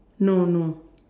no no